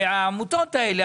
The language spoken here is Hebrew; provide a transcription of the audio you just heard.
העמותות האלה,